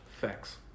facts